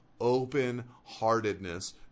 open-heartedness